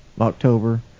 October